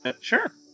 Sure